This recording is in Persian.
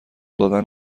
دادن